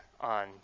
on